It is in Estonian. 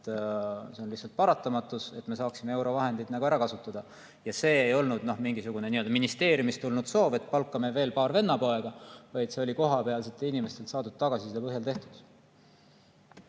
See on lihtsalt paratamatus, et me saaksime eurovahendid ära kasutada. See ei olnud mingisugune ministeeriumist tulnud soov, et palkame veel paar vennapoega, vaid see [otsus] tehti kohapealsetelt inimestelt saadud tagasiside põhjal.